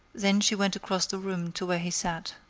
then she went across the room to where he sat.